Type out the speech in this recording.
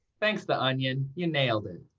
thanks, the onion. you nailed it.